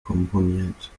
komponiert